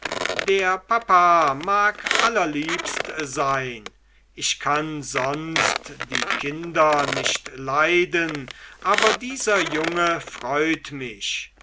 der papa mag allerliebst sein ich kann sonst die kinder nicht leiden aber dieser junge freut mich